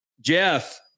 Jeff